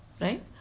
right